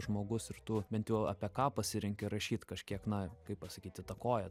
žmogus ir tu bent jau apie ką pasirenki rašyt kažkiek na kaip pasakyt įtakoja